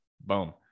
Boom